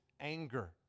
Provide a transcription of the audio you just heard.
anger